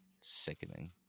Sickening